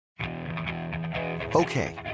Okay